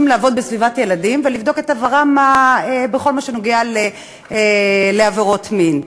לעבוד בסביבת ילדים ולבדוק את עברם בכל מה שנוגע לעבירות מין.